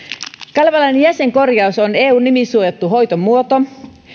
kalevalainen jäsenkorjaus on eun nimisuojattu hoitomuoto